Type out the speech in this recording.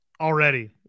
already